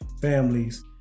families